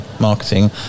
marketing